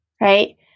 right